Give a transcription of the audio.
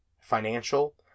financial